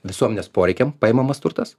visuomenės poreikiam paimamas turtas